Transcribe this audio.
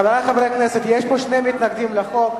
חברי חברי הכנסת, יש פה שני מתנגדים לחוק.